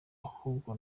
ahubwo